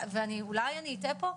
ואולי אני אטעה פה,